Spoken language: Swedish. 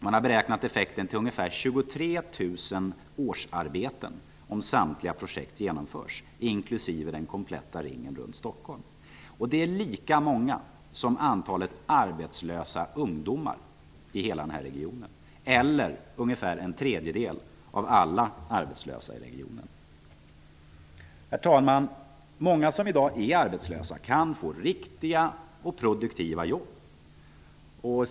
Man har beräknat effekten till ungefär 23 000 Det är lika många som antalet arbetslösa ungdomar i hela denna region, eller ungefär en tredjedel av alla arbetslösa i regionen. Herr talman! Många som i dag är arbetslösa kan få riktiga och produktiva jobb.